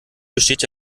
besteht